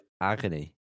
agony